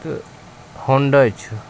تہٕ ہونٛڈاے چھِ